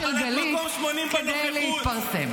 בואי נפברק ריב כדי שאנשים יכירו אותי,